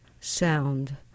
sound